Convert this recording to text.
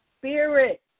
spirit